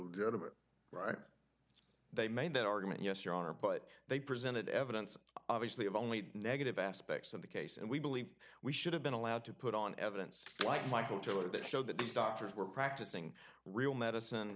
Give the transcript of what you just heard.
legitimate right they made that argument yes your honor but they presented evidence obviously of only negative aspects of the case and we believe we should have been allowed to put on evidence like michael tiller to show that these doctors were practicing real medicine